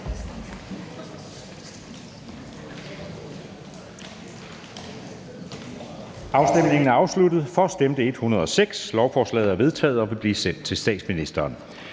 hverken for eller imod stemte 0. Lovforslaget er vedtaget og vil blive sendt til statsministeren.